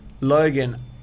Logan